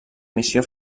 missió